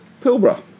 Pilbara